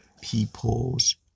people's